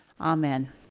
Amen